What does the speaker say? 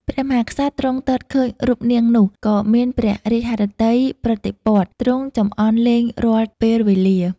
ព្រះមហាក្សត្រទ្រង់ទតឃើញរូបនាងនោះ ក៏មានព្រះរាជហឫទ័យប្រតិព័ទ្ធ ទ្រង់ចំអន់លេងរាល់ពេលវេលា។